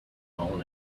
own